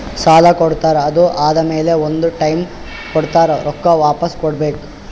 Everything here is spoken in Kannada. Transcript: ಸಾಲಾ ಕೊಡ್ತಾರ್ ಅದು ಆದಮ್ಯಾಲ ಒಂದ್ ಟೈಮ್ ಕೊಡ್ತಾರ್ ರೊಕ್ಕಾ ವಾಪಿಸ್ ಕೊಡ್ಬೇಕ್